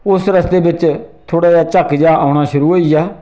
उस रस्ते बिच्च थोह्डा जेहा झक्क जेहा औना शुरू होई गेआ